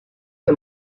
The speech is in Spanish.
que